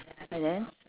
and then